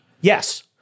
Yes